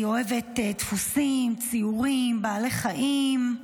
היא אוהבת דפוסים, ציורים, בעלי חיים.